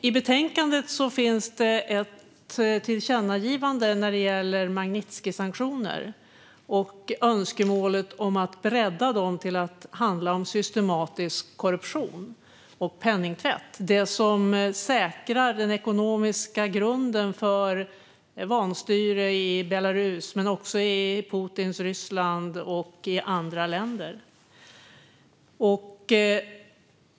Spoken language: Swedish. I betänkandet föreslås ett tillkännagivande när det gäller Magnitskijsanktioner och önskemålet om att bredda dem till att handla om systematisk korruption och penningtvätt, det som säkrar den ekonomiska grunden för vanstyre i Belarus men också i Putins Ryssland och i andra länder.